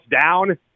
down